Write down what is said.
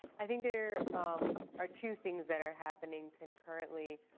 i think there um are two things that are happening concurrently.